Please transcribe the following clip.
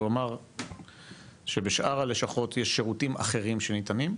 הוא אמר שבשאר הלשכות יש שירותים אחרים שניתנים,